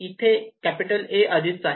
इथे A आधीच आहे